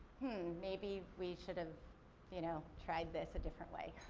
maybe we should have you know tried this a different way.